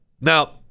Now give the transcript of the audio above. Now